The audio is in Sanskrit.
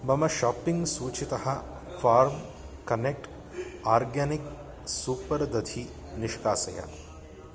मम शाप्पिङ्ग् सूचितः फ़ार्म् कनेक्ट् आर्गानिक् सूपर् दधिः निष्कासय